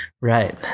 Right